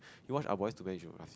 you watch Ah-Boys-to-Men you should